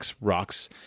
rocks